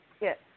yes